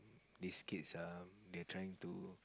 these kids uh they're trying to